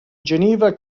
geneva